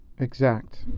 exact